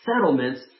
settlements